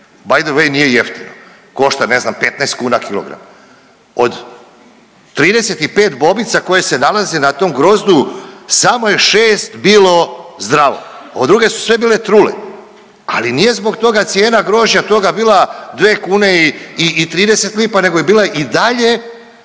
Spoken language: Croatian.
by the way nije jeftino, košta ne znam 15 kuna kilogram, od 35 bobica koje se nalaze na tom grozdu samo je 6 bilo zdravo, ove druge su sve bile trule, ali nije zbog toga cijena grožđa toga bila 2 kune i 30 lipa nego je bila i dalje